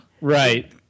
Right